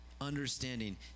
understanding